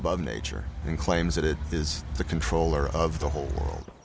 above nature and claims that it is the controller of the whole world